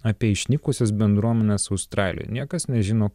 apie išnykusias bendruomenes australijoj niekas nežino